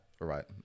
right